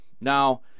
Now